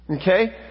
Okay